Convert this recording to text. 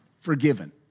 forgiven